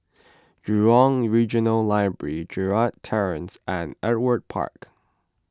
Jurong Regional Library Gerald Terrace and Ewart Park